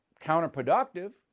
counterproductive